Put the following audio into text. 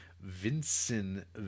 Vincent